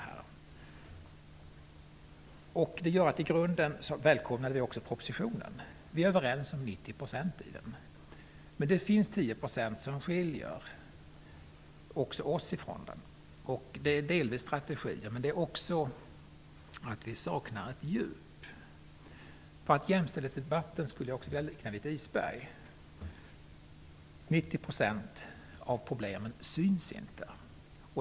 I grunden välkomnar vi också propositionen. Vi är överens när det gäller 90 % av den. Det finns dock 10 % där vi har en annan uppfattning. Det gäller delvis strategier, men det gäller också att vi saknar ett djup. Jag skulle vilja likna jämställdhetsdebatten vid ett isberg. 90 % av problemen syns inte.